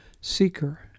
Seeker